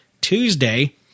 Tuesday